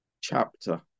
chapter